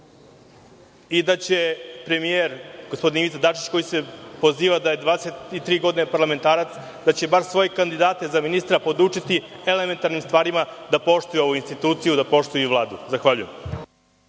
i da će premijer, gospodin Ivica Dačić, koji se poziva da je 23 godine parlamentarac, bar svoje kandidate za ministra podučiti elementarnim stvarima, da poštuju ovu instituciju, da poštuju Vladu. Zahvaljujem.